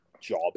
job